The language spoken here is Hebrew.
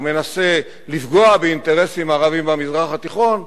ומנסה לפגוע באינטרסים מערביים במזרח התיכון,